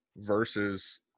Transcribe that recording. Versus